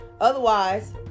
Otherwise